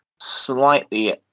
Slightly